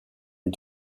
une